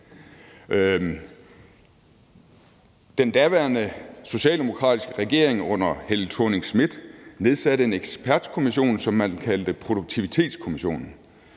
Den daværende socialdemokratiske regering under Helle Thorning-Schmidt nedsatte en ekspertkommission, som man kaldte Produktivitetskommissionen.